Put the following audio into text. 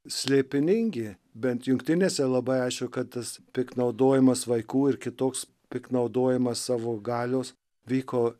slėpiningi bent jungtinėse labai aišku kad tas piktnaudojimas vaikų ir kitoks piktnaudojimas savo galios vyko